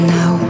now